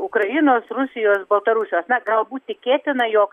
ukrainos rusijos baltarusijos na galbūt tikėtina jog